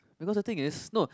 because the thing is no